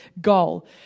goal